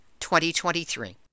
2023